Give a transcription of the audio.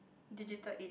digital age